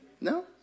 no